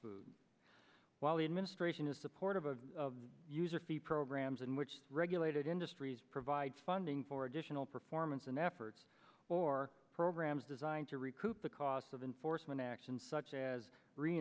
food while the administration is supportive of user fee programs in which regulated industries provide funding for additional performance and efforts or programs designed to recoup the costs of enforcement action such as fre